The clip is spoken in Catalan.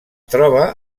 troba